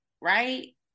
right